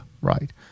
right